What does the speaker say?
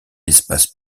espace